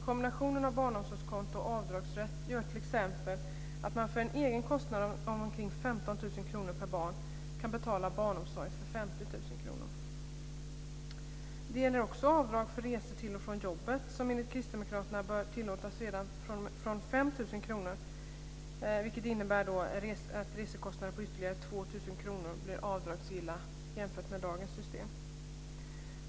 Kombinationen av barnomsorgskonto och avdragsrätt gör t.ex. att man för en egen kostnad av omkring 15 000 kr per barn kan betala barnomsorg för 50 000 kr. Det gäller också avdrag för resor till och från jobbet som enligt kristdemokraterna bör tillåtas redan från 5 000 kr, vilket skulle innebära att resekostnader på ytterligare 2 000 kr blir avdragsgilla jämfört med dagens system.